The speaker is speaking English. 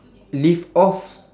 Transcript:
live off